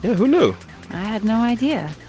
who knew? i had no idea.